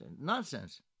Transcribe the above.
Nonsense